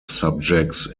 subjects